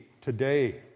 today